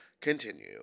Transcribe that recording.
Continue